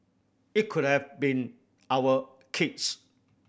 it could have been our kids